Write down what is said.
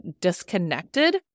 disconnected